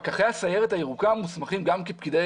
פקחי הסיירת הירוקה מוסמכים גם כפקידי